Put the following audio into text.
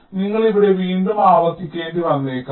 അതിനാൽ നിങ്ങൾ ഇവിടെ വീണ്ടും ആവർത്തിക്കേണ്ടി വന്നേക്കാം